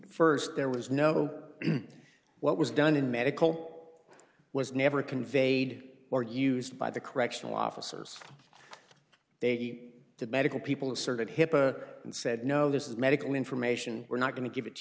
first there was no what was done in medical was never conveyed or used by the correctional officers they did medical people asserted hipaa and said no this is medical information we're not going to give it to